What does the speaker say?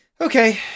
Okay